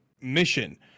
mission